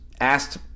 asked